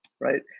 right